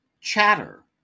Chatter